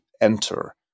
enter